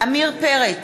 עמיר פרץ,